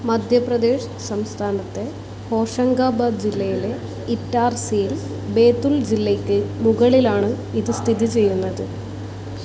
മധ്യ പ്രദേശ് സംസ്ഥാനത്തെ ഹോഷംഗബാദ് ജില്ലയിലെ ഇറ്റാർസിയിൽ ബേതുൽ ജില്ലയ്ക്ക് മുകളിലാണ് ഇത് സ്ഥിതി ചെയ്യുന്നത്